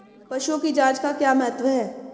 पशुओं की जांच का क्या महत्व है?